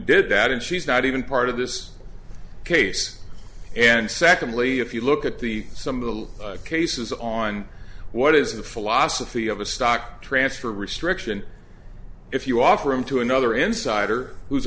did that and she's not even part of this case and secondly if you look at the some of the cases on what is the philosophy of a stock transfer restriction if you offer him to another insider who's